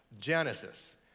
Genesis